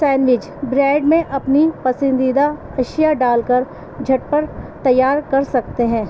sandwich bread میں اپنی پسندیدہ اشیا ڈال کر جھٹ پٹ تیار کر سکتے ہیں